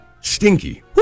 stinky